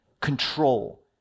control